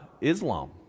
Islam